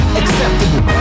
acceptable